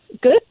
good